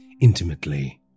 intimately